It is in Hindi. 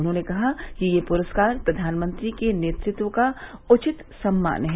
उन्होंने कहा कि ये पुरस्कार प्रधानमंत्री के नेतृत्व का उचित सम्मान है